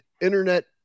internet